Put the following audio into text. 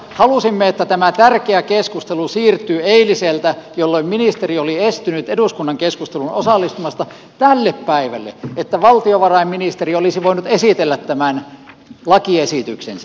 halusimme että tämä tärkeä keskustelu siirtyy eiliseltä jolloin ministeri oli estynyt osallistumasta eduskunnan keskusteluun tälle päivälle jotta valtiovarainministeri olisi voinut esitellä tämän lakiesityksensä